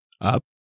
up